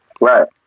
Right